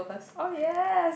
oh yes